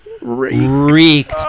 reeked